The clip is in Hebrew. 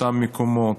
אותם מקומות,